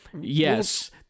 Yes